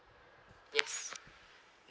yes